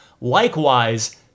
likewise